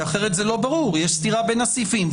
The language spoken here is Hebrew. כי אחרת זה לא ברור ויש סתירה בין הסעיפים.